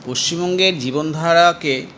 পশ্চিমবঙ্গের জীবনধারাকে